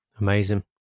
Amazing